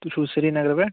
تُہۍ چھُو حظ سریٖنگرٕ پٮ۪ٹھ